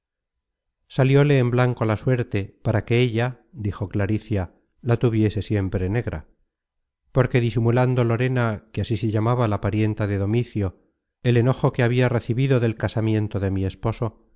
él salióle en blanco la suerte para que ella dijo claricia la tuviese siempre negra porque disimulando lorena que así se llamaba la parienta de domicio el enojo que habia recebido del casamiento de mi esposo